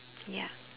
ya